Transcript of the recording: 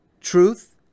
truth